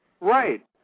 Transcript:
Right